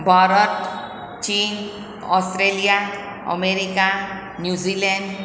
ભારત ચીન Australia America New Zealand